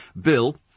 Bill